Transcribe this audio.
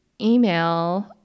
email